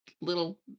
little